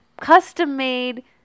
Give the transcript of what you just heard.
custom-made